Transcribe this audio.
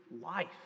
life